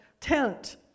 tent